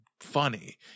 funny